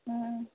অঁ